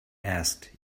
asked